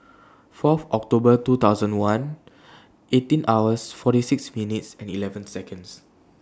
four October two thousand one eighteen hours forty six minutes and eleven Seconds